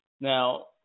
Now